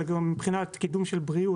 אלא גם מבחינת קידום הבריאות,